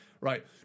right